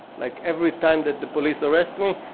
like every time that the police arrest me,